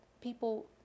people